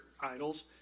idols